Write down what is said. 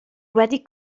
wedi